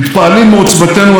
אין מילה אחרת,